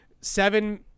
seven